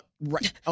Right